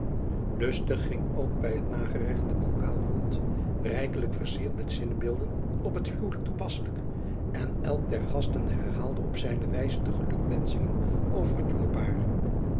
ustig ging ook bij het nageregt de bokaal rond rijkelijk versierd met zinnebeelden op het huwelijk toepasselijk en elk der gasten herhaalde op zijne wijze de gelukwenschingen over het jonge paar